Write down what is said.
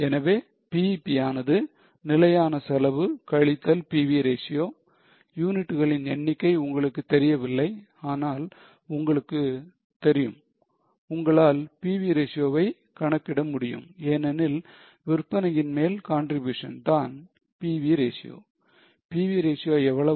எனவே BEP யானது நிலையான செலவு கழித்தல் PV ratio யூனிட்டுகளின் எண்ணிக்கை உங்களுக்கு தெரியவில்லை ஆனால் உங்களுக்குத் தெரியும் உங்களால் PV ratio வை கணக்கிட முடியும் ஏனெனில் விற்பனையின் மேல் contribution தான் PV ratio PV ratio எவ்வளவு